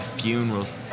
funerals